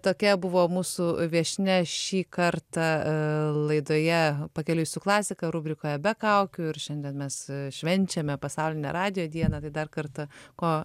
tokia buvo mūsų viešnia šį kartą aaa laidoje pakeliui su klasika rubrikoje be kaukių ir šiandien mes švenčiame pasaulinę radijo dieną tai dar kartą ko